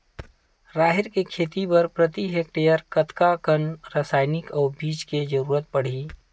राहेर के खेती बर प्रति हेक्टेयर कतका कन रसायन अउ बीज के जरूरत पड़ही?